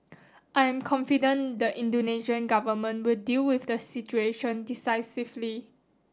I am confident the Indonesian Government will deal with the situation decisively